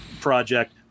project